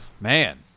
Man